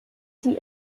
sie